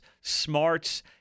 smarts